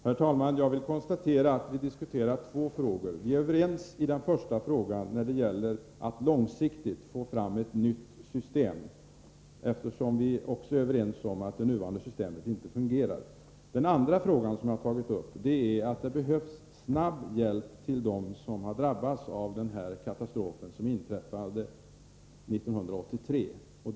Herr talman! Jag vill konstatera att vi diskuterar två frågor. Vi är överens i den första frågan, nämligen när det gäller att långsiktigt få fram ett nytt system, eftersom vi också är överens om att det nuvarande systemet inte fungerar. Den andra fråga som jag tagit upp är att det behövs snabb hjälp till dem som drabbats av den katastrof som inträffade 1983.